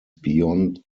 beyond